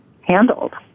handled